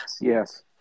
yes